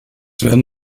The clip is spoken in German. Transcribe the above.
werden